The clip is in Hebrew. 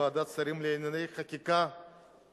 ועדת השרים לענייני חקיקה מתנגדת.